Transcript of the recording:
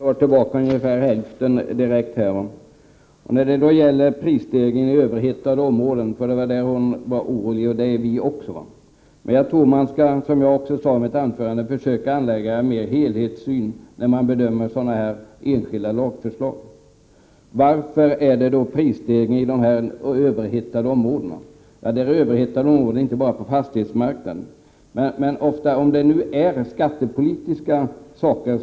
Herr talman! Jag konstaterar att Åsa Domeij direkt tar tillbaka ungefär hälften av det hon sade om prisstegringen i överhettade områden. Det var dem hon var orolig för, och det är vi också. Men jag tror, som jag också sade i 111 mitt anförande, att man skall försöka anlägga mer av helhetssyn på frågorna när man bedömer sådana här enskilda lagförslag. Varför förekommer prisstegringar i de här överhettade områdena? Ja, det är inte bara fastighetsmarknaden inom dessa områden som är överhettad.